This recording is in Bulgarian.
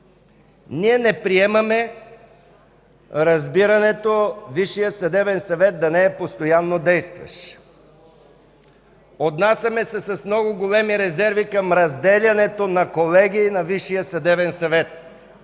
Ние не приемаме разбирането Висшият съдебен съвет да не е постоянно действащ. Отнасяме се с много големи резерви към разделянето на колегии на Висшия съдебен съвет,